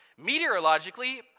Meteorologically